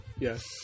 Yes